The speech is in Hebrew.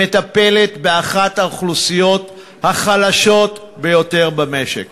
שמטפלת באחת האוכלוסיות החלשות ביותר במשק,